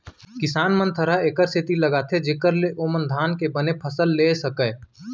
किसान मन थरहा एकर सेती लगाथें जेकर ले ओमन धान के बने फसल लेय सकयँ